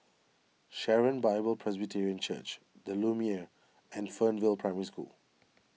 Sharon Bible Presbyterian Church the Lumiere and Fernvale Primary School